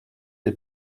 les